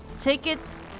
Tickets